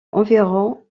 environ